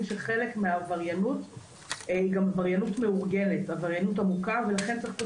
שחלק מהעבריינות היא גם עבריינות עמוקה ולכן צריך פה